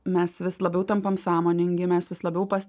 mes vis labiau tampam sąmoningi mes vis labiau pas